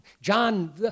John